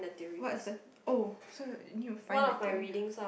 what's the oh so you need you find the thing